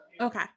Okay